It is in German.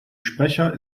sprecher